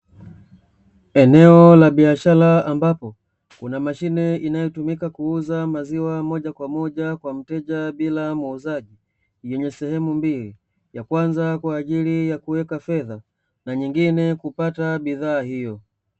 Eneo la biashara ambapo kuna mashine inayotumika kuuza maziwa moja kwa moja kwa mteja bila ya muuzaji yenye sehemu mbili: ya kwanza kwaajili ya kuweka fedha na nyengine kupata bidhaa hiyo.